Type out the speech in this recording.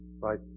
Right